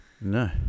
No